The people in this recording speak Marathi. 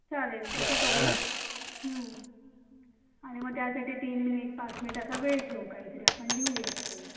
चालेल तसं करू आणि मग त्यासाठी तीन मिनिट पाच मिनिट असा वेळ ठेवू काहीतरी आपण लिहूयात ते